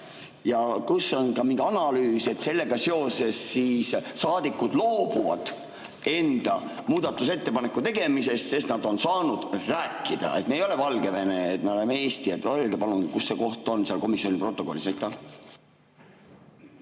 Ja kus on mingi analüüs selle kohta, et saadikud loobuvad enda muudatusettepaneku tegemisest, sest nad on saanud rääkida? Me ei ole Valgevene, me oleme Eesti. Öelge palun, kus see koht on seal komisjoni protokollis.